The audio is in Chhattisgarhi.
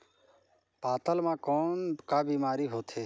पातल म कौन का बीमारी होथे?